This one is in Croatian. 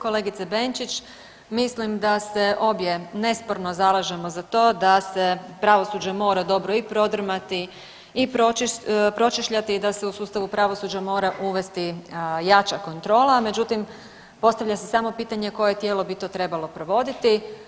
Kolegice Benčić, mislim da se obje nesporno zalažemo za to da se pravosuđe mora dobro i prodrmati i pročešljati i da se u sustavu pravosuđa mora uvesti jača kontrola, međutim postavlja se samo pitanje koje tijelo bi to trebalo provoditi.